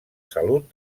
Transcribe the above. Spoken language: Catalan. salut